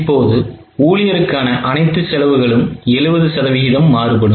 இப்போது ஊழியருக்கான அனைத்து செலவுகளும் 70 சதவிகிதம் மாறுபடும்